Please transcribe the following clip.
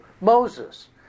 Moses